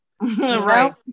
Right